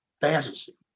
fantasy